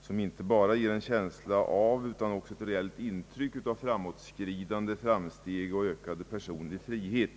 som inte bara ger en känsla av utan också reellt är framåtskridande, framsteg och ökad personlig frihet.